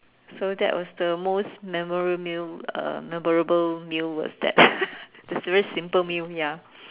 so that was the most memorial meal um memorable meal was that that's a very simple meal ya